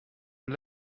and